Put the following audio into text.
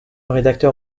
rédacteur